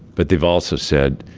but they've also said,